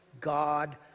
God